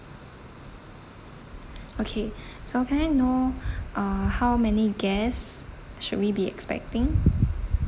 okay so okay can I know uh how many guests should we be expecting